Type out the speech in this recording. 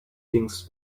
things